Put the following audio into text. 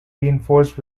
reinforced